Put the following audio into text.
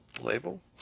Label